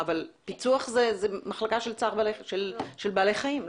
אבל פיצו"ח זה מחלקה של בעלי חיים,